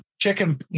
chicken